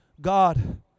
God